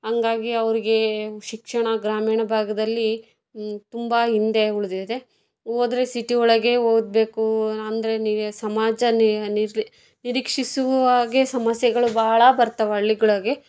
ಹಾಗಾಗಿ ಅವರಿಗೆ ಶಿಕ್ಷಣ ಗ್ರಾಮೀಣ ಭಾಗದಲ್ಲಿ ತುಂಬ ಹಿಂದೆ ಉಳಿದಿದೆ ಹೋದ್ರೆ ಸಿಟಿ ಒಳಗೆ ಓದಬೇಕು ಅಂದರೆ ನೀವೇ ಸಮಾಜ ನಿರೀಕ್ಷಿಸುವ ಹಾಗೆ ಸಮಸ್ಯೆಗಳು ಬಹಳ ಬರ್ತಾವೆ ಹಳ್ಳಿಗಳಿಗೆ